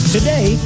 today